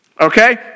Okay